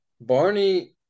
Barney –